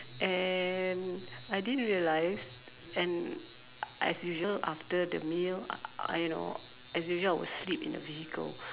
and I didn't realise and as usual after the meal I you know as usual I will sleep in the vehicle